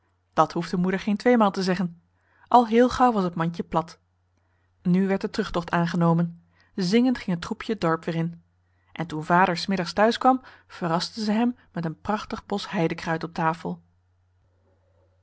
dat hoefde moeder geen twee maal te zeggen al heel gauw was het mandje plat nu werd de terugtocht aangenomen zingend ging het troepje het dorp weer in en toen vader s middags thuis kwam verrasten zij hem met een prachtige bos heidekruid op tafel